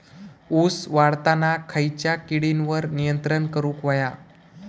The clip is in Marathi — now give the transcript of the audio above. ऊस वाढताना खयच्या किडींवर नियंत्रण करुक व्हया?